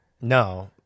No